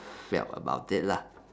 felt about it lah